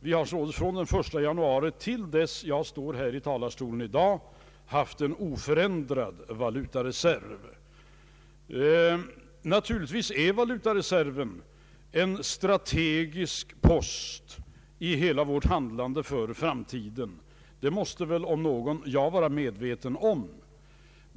Vi har således från den 1 januari i år fram till i dag haft en oförändrad valutareserv. Naturligtvis är valutareserven en strategisk post i hela vårt handlande för framtiden. Det måste väl jag om någon vara medveten om.